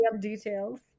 details